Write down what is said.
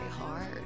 hard